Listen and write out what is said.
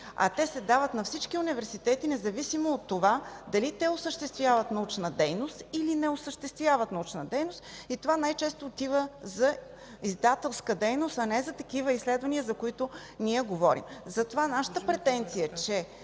Те се дават на всички университети независимо от това дали те осъществяват научна дейност или не осъществяват научна дейност и това най-често отива за издателска дейност, а не за такива изследвания, за които ние говорим. Затова нашата претенция е, че